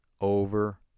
over